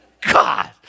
God